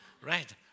Right